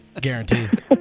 Guaranteed